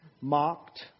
mocked